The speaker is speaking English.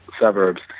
suburbs